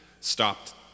stopped